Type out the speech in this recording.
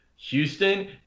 Houston